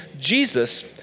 Jesus